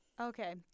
Okay